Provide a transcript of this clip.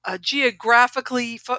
geographically